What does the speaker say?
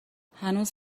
هنوز